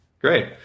Great